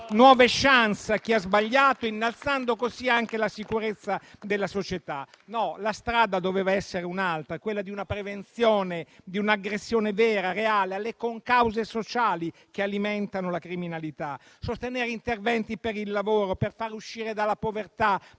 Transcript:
nuove *chance* a chi ha sbagliato e ad innalzare così anche il livello di sicurezza della società. No, la strada doveva essere un'altra, quella di una prevenzione, di un'aggressione vera e reale alle concause sociali che alimentano la criminalità; sostenere interventi per il lavoro, per far uscire dalla povertà